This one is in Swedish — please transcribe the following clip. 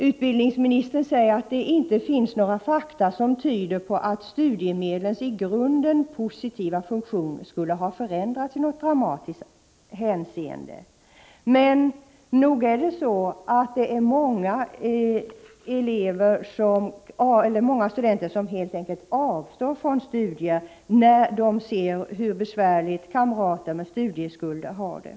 Utbildningsministern säger att det inte finns några fakta som tyder på att studiemedlens i grunden positiva funktion skulle ha förändrats i något dramatiskt hänseende. Men nog är det många som helt enkelt avstår från studier när de ser hur besvärligt kamrater med studieskulder har det.